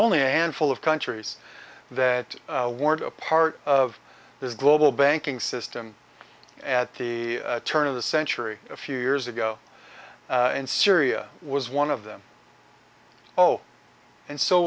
only a handful of countries that weren't a part of this global banking system at the turn of the century a few years ago in syria was one of them oh and so